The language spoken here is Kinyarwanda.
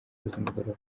z’umugoroba